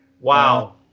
Wow